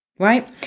right